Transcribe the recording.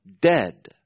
dead